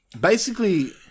basically-